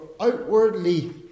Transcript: outwardly